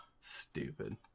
Stupid